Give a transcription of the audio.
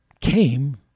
came